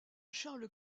charles